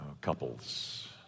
couples